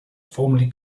formerly